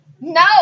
No